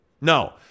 no